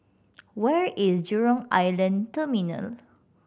where is Jurong Island Terminal